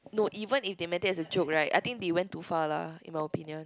no even if they meant it as a joke right I think they went too far lah in my opinion